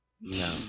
No